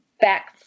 back